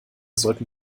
sollten